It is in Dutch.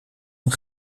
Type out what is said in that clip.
een